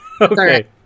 Okay